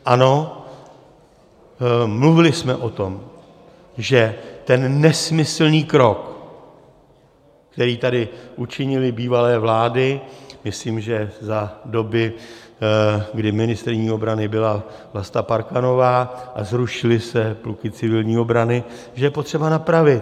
Ano, mluvili jsme o tom, že ten nesmyslný krok, který tady učinily bývalé vlády, myslím že za doby, kdy ministryní obrany byla Vlasta Parkanová a zrušily se pluky civilní obrany, je potřeba napravit.